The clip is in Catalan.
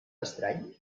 estrany